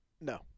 No